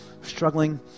struggling